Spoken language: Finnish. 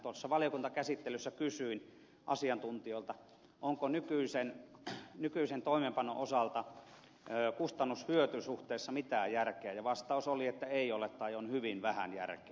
tuossa valiokuntakäsittelyssä kysyin asiantuntijoilta onko nykyisen toimeenpanon osalta kustannushyöty suhteessa mitään järkeä ja vastaus oli että ei ole tai on hyvin vähän järkeä